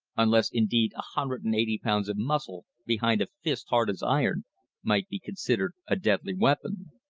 unless indeed a hundred and eighty pounds of muscle behind a fist hard as iron might be considered a deadly weapon.